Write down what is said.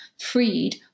freed